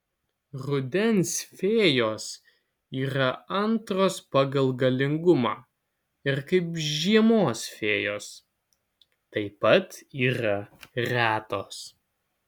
rudens fėjos yra antros pagal galingumą ir kaip žiemos fėjos taip pat yra retos